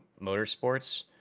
motorsports